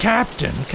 Captain